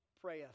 prayeth